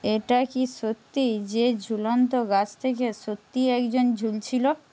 এটা কি সত্যি যে ঝুলন্ত গাছ থেকে সত্যিই একজন ঝুলছিল